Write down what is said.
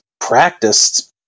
practiced